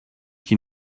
qui